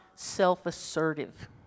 self-assertive